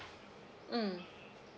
mm